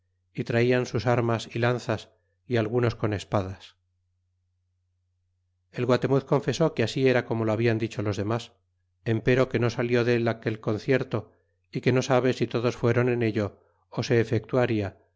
y traian sus armas y lanzas y algunos con espadas el guatemuz confesó que así era como lo habian dicho los demas empero que no salió del aquel concierto y que no sabe si todos fu ron en ello ú se efectuada